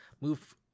move